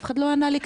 אף אחד לא ענה לי,